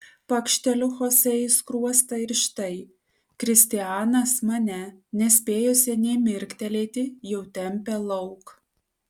pakšteliu chosė į skruostą ir štai kristianas mane nespėjusią nė mirktelėti jau tempia lauk